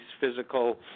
Physical